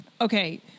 Okay